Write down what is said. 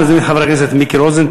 אני מזמין את חבר הכנסת מיקי רוזנטל,